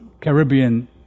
Caribbean